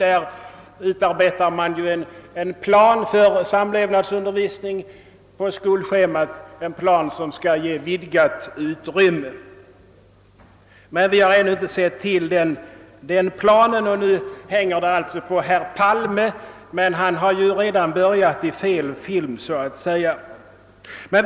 Där lär man utarbeta en plan för samlevnadsundervisning på skolschemat, vilken skall ge vidgat utrymme åt ämnet, men vi har som sagt ännu inte sett till den planen. Nu hänger det på herr Palme — men han har ju redan så att säga börjat i fel film.